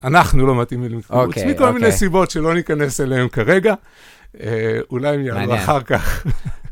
אנחנו לא מתאימים לקיבוץ, מכל מיני סיבות שלא ניכנס אליהן כרגע. אולי אם יעבור אחר כך.